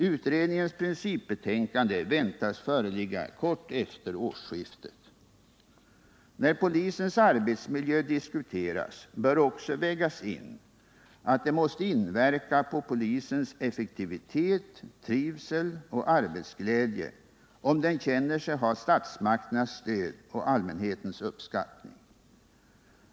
Utredningens principbetänkande väntas föreligga kort efter årsskiftet. När polisens arbetsmiljö diskuteras bör också vägas in att det måste inverka på polisens effektivitet, trivsel och arbetsglädje om den känner sig ha statsmakternas stöd och allmänhetens uppskattning.